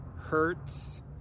hurts